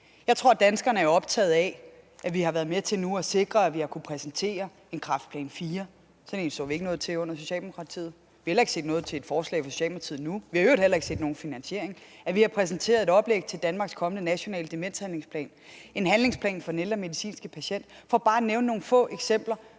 Jeg tror, at danskerne er optaget af, at vi nu har været med til at sikre, at vi har kunnet præsentere en Kræftplan IV. Sådan en så vi ikke noget til under Socialdemokratiet. Vi har heller ikke set noget til et forslag fra Socialdemokratiet nu. Vi har i øvrigt heller ikke set nogen finansiering. Vi har præsenteret et oplæg til Danmarks kommende nationale demenshandlingsplan og en handlingsplan for den ældre medicinske patient, for bare at nævne nogle få eksempler